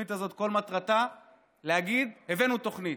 התוכנית הזאת, כל מטרתה להגיד: הבאנו תוכנית.